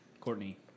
Courtney